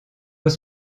aux